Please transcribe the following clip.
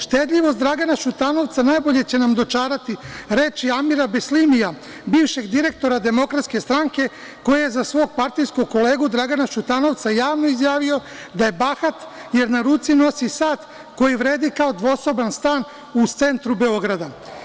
Štedljivost Dragana Šutanovca nabolje će nam dočarati reči Amira Beslimija, bivšeg direktora DS, koji je za svog partijskog kolegu Dragana Šutanovca javno izjavio da je bahat, jer na ruci nosi sat koji vredi kao dvosoban stan u centru Beogradu.